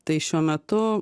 tai šiuo metu